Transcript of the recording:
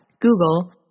Google